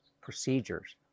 procedures